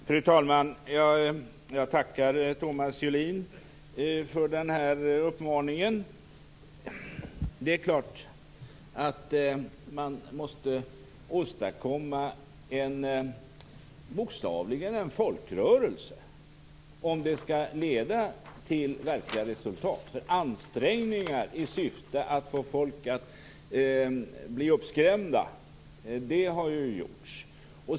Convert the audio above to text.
Fru talman! Jag tackar Thomas Julin för den uppmaningen. Det är klart att man måste åstadkomma en folkrörelse, bokstavligen, om det skall leda till verkliga resultat. Ansträngningar i syfte att få folk att bli uppskrämda har ju gjorts.